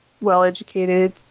well-educated